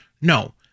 no